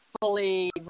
fully